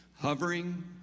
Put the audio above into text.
hovering